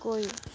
কৰি